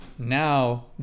Now